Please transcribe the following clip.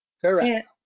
Correct